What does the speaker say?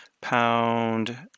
pound